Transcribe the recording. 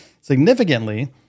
significantly